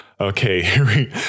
okay